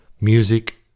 music